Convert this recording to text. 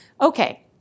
Okay